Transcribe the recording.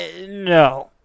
No